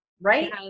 right